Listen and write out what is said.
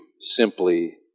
simply